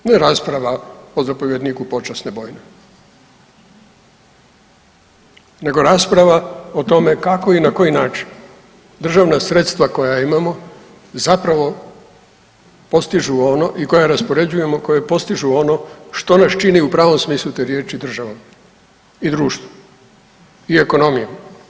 Ne rasprava o zapovjedniku počasne bojne, nego rasprava o tome kako i na koji način državna sredstva koja imamo zapravo postižu ono i koja raspoređujemo koje postižu ono što nas čini u pravom smislu te riječi državom i društvom i ekonomijom.